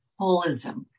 holism